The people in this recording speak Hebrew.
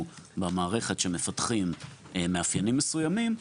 במערכת שמפתחים מאפיינים מסוימים,